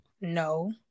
No